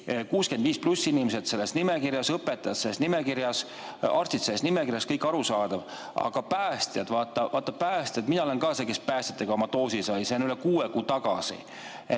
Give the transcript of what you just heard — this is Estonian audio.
65+ inimesed selles nimekirjas, õpetajad on selles nimekirjas, arstid on selles nimekirjas – kõik arusaadav. Aga päästjad? Vaata, päästjad – mina olen see, kes päästjatega koos oma doosi sai, see on üle kuue kuu tagasi.